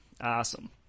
Awesome